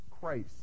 christ